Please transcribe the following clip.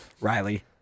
Riley